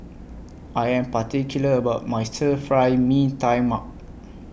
I Am particular about My Stir Fry Mee Tai Mak